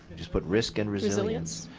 just put risk and resilience.